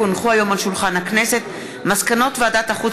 כי הונחו היום על שולחן הכנסת מסקנות ועדת החוץ